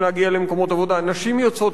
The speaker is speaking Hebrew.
נשים יוצאות יותר למקומות עבודה,